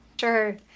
sure